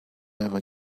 ever